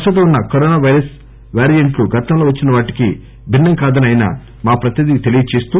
ప్రస్తుతం వున్స corona virus వ్యారియెంట్లు గతంలో వచ్చిన వాటికి భిన్న ం కాదని ఆయన మా ప్రతినిధికి తెలియజేస్తూ